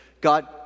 God